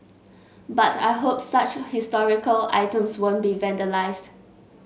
but I hope such historical items won't be vandalised